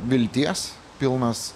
vilties pilnas